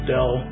Dell